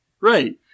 Right